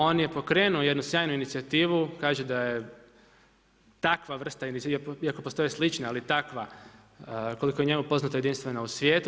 On je pokrenuo jednu sjajnu inicijativu, kaže da se takva vrsta inicijative, iako postoje slične, ali takva, koliko je njemu poznato jedinstvena u svijetu.